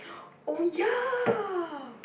oh ya